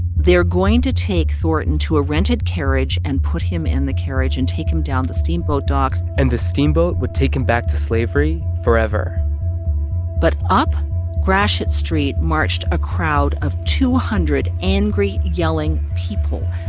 they were going to take thornton to a rented carriage and put him in the carriage and take him down to the steamboat docks and the steamboat would take him back to slavery forever but up gratiot street marched a crowd of two hundred angry, yelling people,